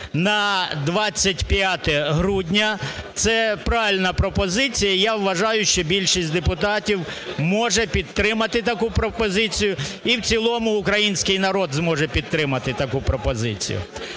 на 25 грудня, це правильна пропозиція. Я вважаю, що більшість депутатів може підтримати таку пропозицію, і в цілому український народ зможе підтримати таку пропозицію.